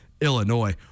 Illinois